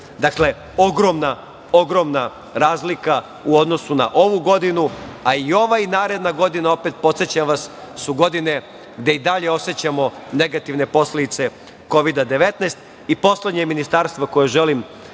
samoupravama. Dakle, ogromna razlika u odnosu na ovu godinu, a i ova i naredna godina opet, podsećam vas, su godine gde i dalje osećamo negativne posledice Kovida – 19.Poslednje ministarstvo koje želim